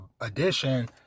edition